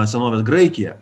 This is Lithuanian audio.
senovės graikija